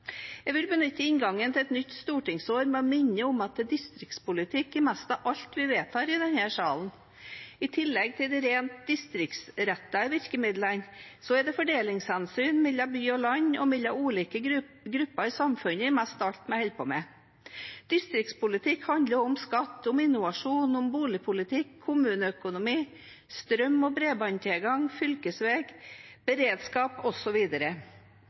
Jeg vil benytte inngangen til et nytt stortingsår til å minne om at distriktspolitikk er nesten alt vi vedtar i denne salen. I tillegg til de rent distriktsrettede virkemidlene er det fordelingshensyn mellom by og land og mellom ulike grupper i samfunnet i nesten alt vi holder på med. Distriktspolitikk handler om skatt, om innovasjon, om boligpolitikk, kommuneøkonomi, strøm og bredbåndstilgang, fylkesveg, beredskap,